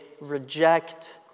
reject